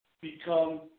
become